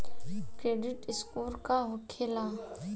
Credit score का होखेला?